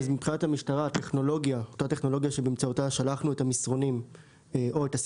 אותה טכנולוגיה שבאמצעותה שלחנו את המסרונים או באמצעותה